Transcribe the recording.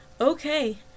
Okay